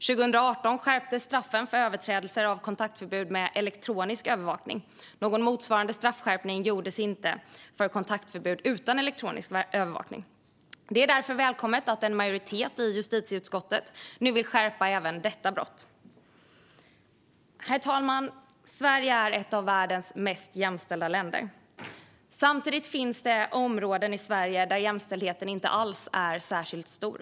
År 2018 skärptes straffen för överträdelser av kontaktförbud med elektronisk övervakning. Någon motsvarande straffskärpning gjordes inte för kontaktförbud utan elektronisk övervakning. Det är därför välkommet att en majoritet i justitieutskottet nu vill skärpa även detta brott. Herr talman! Sverige är ett av världens mest jämställda länder. Samtidigt finns det områden i Sverige där jämställdheten inte alls är särskilt stor.